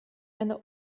eine